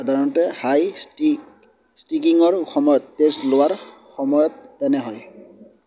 সাধাৰণতে high stick ষ্টিকিঙৰ সময়ত তেজ লোৱাৰ সময়ত এনে হয়